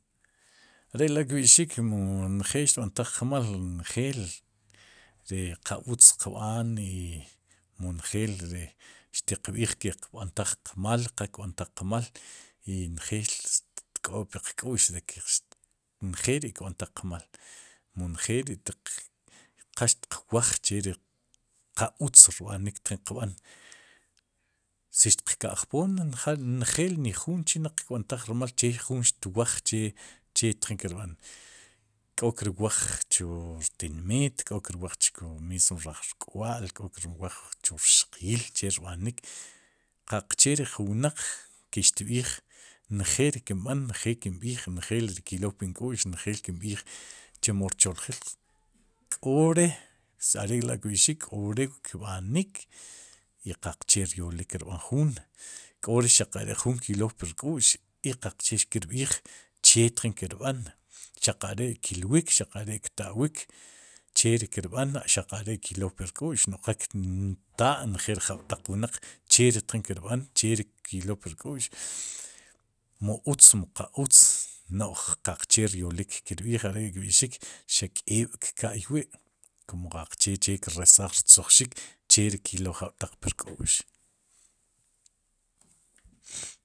Are'la kb'ixik mu njeel xtb'antaj qmaal ri qa utz xtqb'an mu njeel ri xtiq b'iij ke kb'antaj qmal qa kb'antaj qmal, i njeel xtk'ob'puq k'u'x de que njeel ri kb'antaj qmaal. mu njeel ri' tiq qal xtiqwaaj, che ri qa utz tjin rb'anik tjin b'an si xtiq ka'j poom njal njel nijuun chinaq kb'antaj rmal che jun xtwaaj, che che tjin kir b'aan, k'o kirwaaj chu ri rtin miit k'o kir waaj chu mismo rajk'wa'l k'o kir waaj chu rxqiil, che rb'anik, qaqche re jun wnaq, ke xtb'iij, njeel ri kin b'aan njeel ri kin b'iij, njeel ri klow pun k'u'x njeel kin b'iij chemo rchojil, k'ore'se are'la'kb'i'xik, k'o re'kb'anik i qaqchee ryolik kir b'aan juun, k'ore'xaq are'juun klow pur k'u'x i qaqchee kir b'iij, che tjin kirb'an xaq are'kilwik, xaq are'kta'wiik, che ri kirb'an xaq are'klow pur k'u'x, noj qa kintaa, njeel ri jab'taq wnaq, che ri tjin kir b'an, chi ri klow pur k'u'x, mu utz mu qa utz, no'j qaqchee ryolik kirb'iij, are'k'ri' kb'i'xik xaq k'eeb'kka'y wi'kum qaqche che ki resaj rtzojxik, che ri kylow jab'taq pur k'u'x